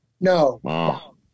No